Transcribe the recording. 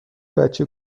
بچه